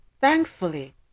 thankfully